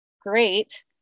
great